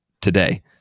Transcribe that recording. today